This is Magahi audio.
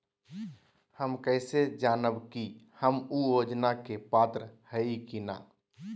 हम कैसे जानब की हम ऊ योजना के पात्र हई की न?